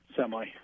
semi